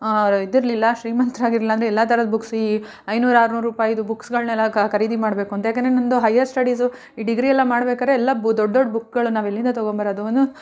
ಇದಿರಲಿಲ್ಲ ಶ್ರೀಮಂತ್ರಾತರಾಗಿರ್ಲಿಲ್ಲ ಅಂದರೆ ಎಲ್ಲ ಥರ ಬುಕ್ಸ್ ಈ ಐನೂರು ಆರ್ನೂರು ರೂಪಾಯದ್ದು ಬುಕ್ಸ್ಗಳನ್ನೆಲ್ಲ ಖರೀದಿ ಮಾಡಬೇಕು ಅಂತ ಏಕೆಂದ್ರೆ ನಂದು ಹೈಯರ್ ಸ್ಟಡೀಸು ಈ ಡಿಗ್ರಿ ಎಲ್ಲ ಮಾಡ್ಬೇಕಾದ್ರೆ ಎಲ್ಲ ಬು ದೊಡ್ಡ ದೊಡ್ಡ ಬುಕ್ಗಳು ನಾವು ಎಲ್ಲಿಂದ ತೊಗೊಂಡ್ಬರೋದು ಅವನು